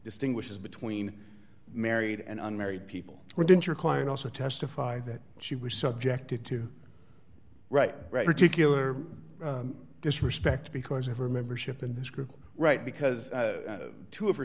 distinguishes between married and unmarried people who didn't your client also testified that she was subjected to right right particular disrespect because of her membership in this group right because two of her